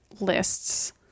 lists